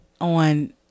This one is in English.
on